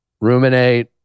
ruminate